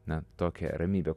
na tokią ramybę